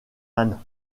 âne